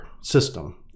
system